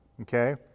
Okay